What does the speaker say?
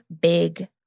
big